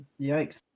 Yikes